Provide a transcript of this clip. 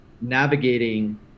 navigating